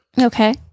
okay